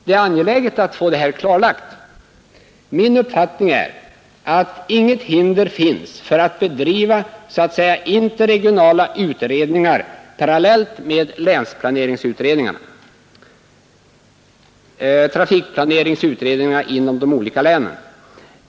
Det är angeläget att få det här klarlagt. Min uppfattning är att inget hinder finns för att bedriva interregionala utredningar parallellt med trafikplaneringsutredningarna inom de olika länen.